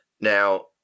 Now